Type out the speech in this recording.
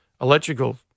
electrical